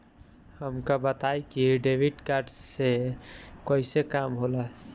हमका बताई कि डेबिट कार्ड से कईसे काम होला?